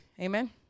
amen